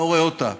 אני לא רואה אותה,